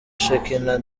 shekinah